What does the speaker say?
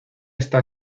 está